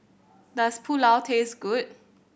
does Pulao taste good